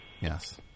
Yes